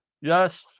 Yes